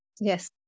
Yes